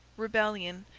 rebellion,